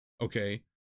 Okay